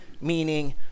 meaning